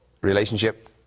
relationship